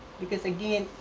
because, again,